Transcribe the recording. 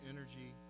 energy